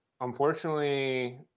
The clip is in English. Unfortunately